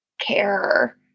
care